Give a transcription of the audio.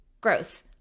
gross